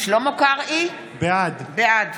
שלמה קרעי, בעד